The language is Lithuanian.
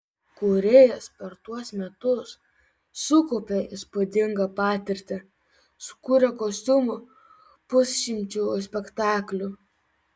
kūrėjas per tuos metus sukaupė įspūdingą patirtį sukūrė kostiumų pusšimčiui spektaklių